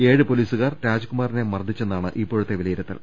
ഏഴ് പൊലീസുകാർ രാജ്കുമാറിനെ മർദിച്ചെ ന്നാണ് ഇപ്പോഴത്തെ വിലയിരുത്തൽ